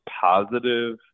positive